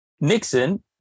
Nixon